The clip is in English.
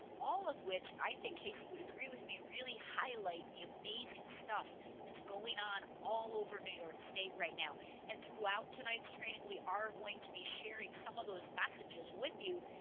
all of which i think casey would agree with me really highlight the amazing stuff that's going on all over new york state right now and throughout tonight's training we are going to be sharing some of those messages with you.